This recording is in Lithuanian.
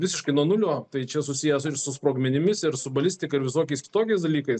visiškai nuo nulio tai čia susiję ir su sprogmenimis ir su balistika ir visokiais kitokiais dalykais